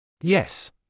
Yes